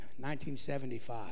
1975